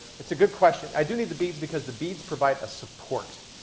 it's a good question. i do need the beads because the beads provide a support.